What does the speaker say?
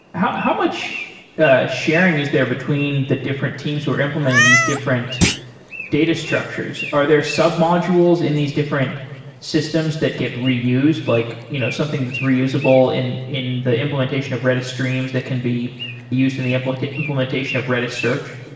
how how much yeah sharing is there between the different teams who are implementing these different data structures? are there sub-modules in these different systems that get reused, like you know something that's reusable in in the implementation of redis streams that can be used in the implementation of redis search?